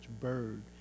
bird